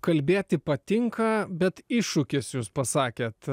kalbėti patinka bet iššūkis jūs pasakėt